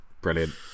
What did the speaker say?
Brilliant